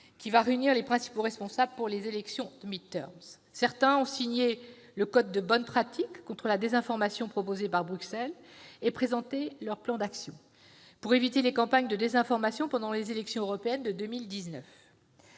qui va réunir les principaux responsables pour les élections de. Certaines ont signé le code de bonnes pratiques contre la désinformation proposé par Bruxelles et présenté leur plan d'action pour éviter les campagnes de désinformation pendant les élections européennes de 2019.